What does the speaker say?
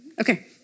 Okay